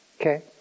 Okay